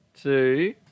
Two